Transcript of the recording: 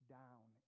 down